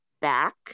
back